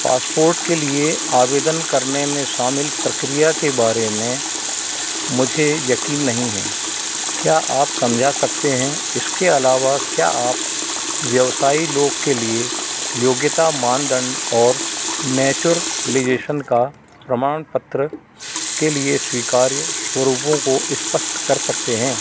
passport के लिए आवेदन करने में शामिल प्रक्रिया के बारे में मुझे यकीन नहीं है क्या आप समझा सकते हैं इसके अलावा क्या आप व्यवसायी लोग के लिए योग्यता मानदण्ड और नेचर एलीगेशन का प्रमाणपत्र के लिए स्वीकार्य स्वरूपों को स्पष्ट कर सकते हैं